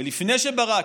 ולפני שברק,